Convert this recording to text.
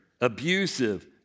abusive